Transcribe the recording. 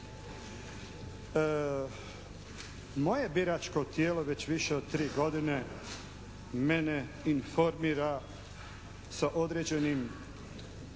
Moje biračko tijelo već više od tri godine mene informira sa određenim